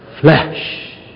flesh